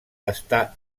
està